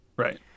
Right